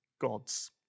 gods